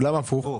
למה הפוך?